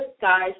guys